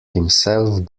himself